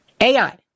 AI